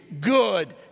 good